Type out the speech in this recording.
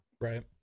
right